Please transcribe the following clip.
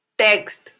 text